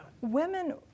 Women